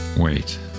Wait